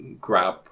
grab